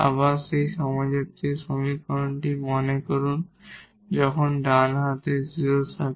আবার সেই হোমোজিনিয়াস সমীকরণটি মনে করুন যখন ডান হাতে 0 থাকে